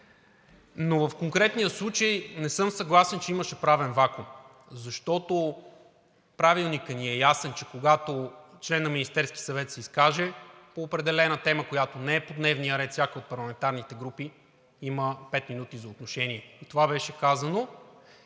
Но в конкретния случай не съм съгласен, че имаше правен вакуум, защото Правилникът ни е ясен, че когато член на Министерския съвет се изкаже по определена тема, която не е по дневния ред, всяка от парламентарните групи има пет минути за отношение, и това беше казано